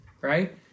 right